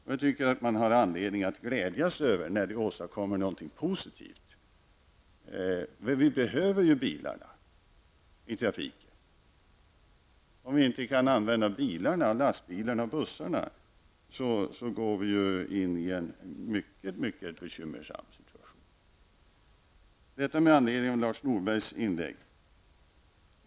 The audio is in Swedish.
Jag tycker att man har anledning att glädjas när det åstadskoms någonting positivt -- vi behöver ju bilarna i trafiken. Om vi inte kan använda bilarna, lastbilarna och bussarna hamnar vi i en mycket bekymmersam situation. -- Detta med anledning av Lars Norbergs inlägg.